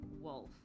Wolf